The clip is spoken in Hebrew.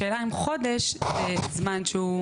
השאלה אם חודש זה זמן שהוא?